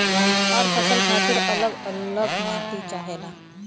हर फसल खातिर अल्लग अल्लग माटी चाहेला